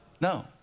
No